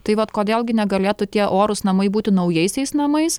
tai vat kodėl gi negalėtų tie orūs namai būti naujaisiais namais